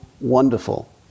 wonderful